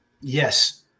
Yes